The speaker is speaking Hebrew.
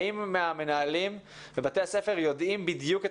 האם המנהלים בבתי הספר יודעים בדיוק את